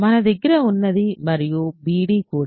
మన దగ్గర ఉన్నది మరియు bd కూడా